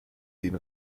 den